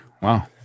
Wow